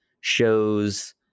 shows